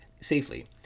safely